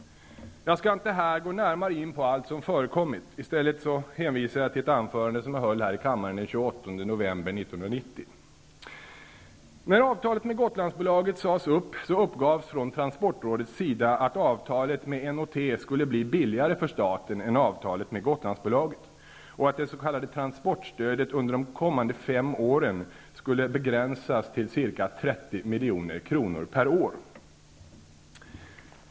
Jag skall inte här gå närmare in på allt som förekommit. I stället hänvisar jag till ett anförande som jag höll här i kammaren den 28 november 1990. N & T skulle bli billigare för staten än avtalet med Gotlandsbolaget och att det s.k. transportstödet under de kommande fem åren skulle begränsas till ca 30 milj.kr. om året.